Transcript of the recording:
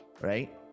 right